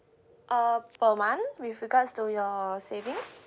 uh per month with regards to your savings